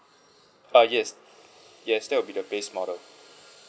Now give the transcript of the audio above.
ah yes yes that will be the base model